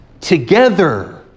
together